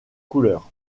couleur